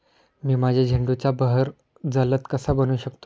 मी माझ्या झेंडूचा बहर जलद कसा बनवू शकतो?